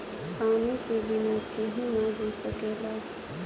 पानी के बिना केहू ना जी सकेला